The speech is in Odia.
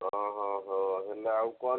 ହଁ ହଁ ହଉ ହେଲେ ଆଉ କ'ଣ